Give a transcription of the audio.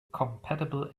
incompatible